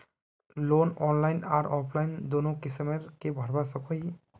Loan online आर offline दोनों किसम के भरवा सकोहो ही?